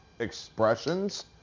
expressions